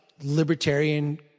libertarian